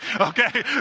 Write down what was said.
okay